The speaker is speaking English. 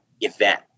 Event